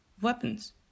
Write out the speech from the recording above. weapons